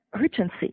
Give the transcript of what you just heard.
urgency